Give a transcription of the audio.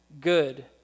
Good